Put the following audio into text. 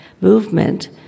movement